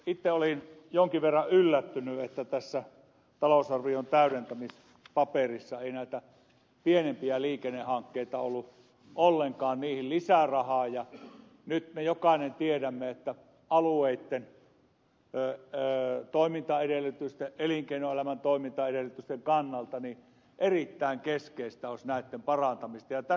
itse olin jonkin verran yllättynyt että tässä talousarvion täydentämispaperissa ei näihin pienempiin liikennehankkeisiin ollut ollenkaan lisärahaa ja nyt me jokainen tiedämme että alueitten toimintaedellytysten ja elinkeinoelämän toimintaedellytysten kannalta erittäin keskeistä olisi näitten parantaminen ja tässä olisi tekemistä